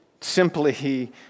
simply